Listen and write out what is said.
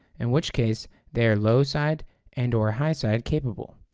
in which case they are low-side and or high-side capable.